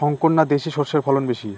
শংকর না দেশি সরষের ফলন বেশী?